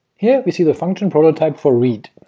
here, we see the function prototype for read